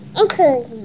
Okay